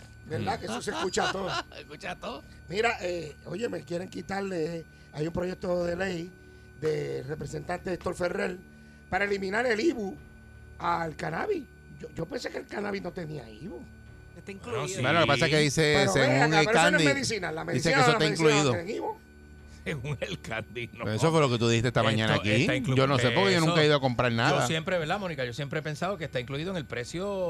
¿Verdad? Mm. Que eso se escucha a todo. Escucha a todo. Mira, eh, oye, me quieren quitarle- eh, hay un proyecto de ley de representante de Héctor Ferrer para eliminar el IVU al cannabis. Yo- yo pensé que el cannabis no tenía IVU. Está Bueno, incluido. sí. Bueno, lo que pasa es que dice, Pero según vea, el pero eso no es Candy, medicina. La dice que medicina, eso la está medicina no incluido. tiene IVU. Según el Candy, Pero eso no. fue lo que tú dijiste esta Esto mañana está aquí. incluido, Yo no sé, porque yo nunca he eso- ido a comprar yo nada. siempre, ¿verdad, Mónica? Yo siempre he pensado que está incluido en el precio